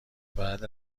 بعد